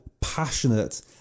passionate